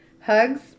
Hugs